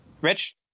Rich